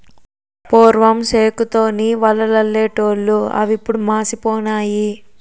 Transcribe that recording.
పూర్వం సేకు తోని వలలల్లెటూళ్లు అవిప్పుడు మాసిపోనాయి